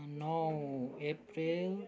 नौ अप्रेल